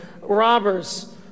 robbers